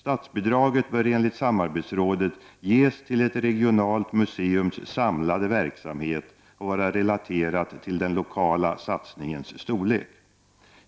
Statsbidraget bör enligt samarbetsrådet ges till ett regionalt museums samlade verksamhet och vara relaterat till den lokala satsningens storlek.